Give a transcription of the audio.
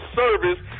service